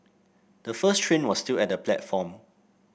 the first train was still at the platform